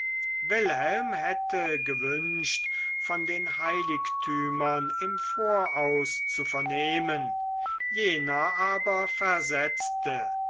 wilhelm hätte gewünscht von den heiligtümern im voraus zu vernehmen jener aber versetzte